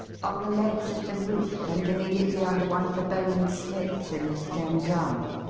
on the leads of the roof and immediately under one of the bowman's slits in the stone drum.